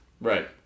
Right